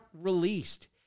released